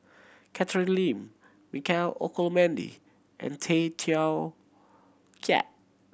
Catherine Lim Michael Olcomendy and Tay Teow Kiat